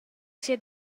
sia